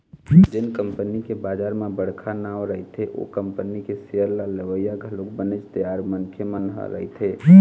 जेन कंपनी के बजार म बड़का नांव रहिथे ओ कंपनी के सेयर ल लेवइया घलोक बनेच तियार मनखे मन ह रहिथे